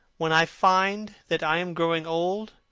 when i find that i am growing old,